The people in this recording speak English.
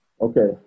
Okay